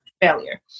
failure